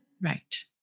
Right